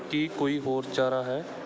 ਕੀ ਕੋਈ ਹੋਰ ਚਾਰਾ ਹੈ